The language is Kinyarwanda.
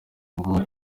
nguwo